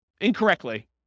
incorrectly